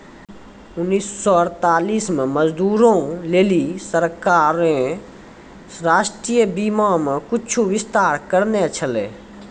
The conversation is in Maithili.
उन्नीस सौ अड़तालीस मे मजदूरो लेली सरकारें राष्ट्रीय बीमा मे कुछु विस्तार करने छलै